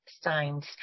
signs